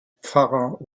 pfarrer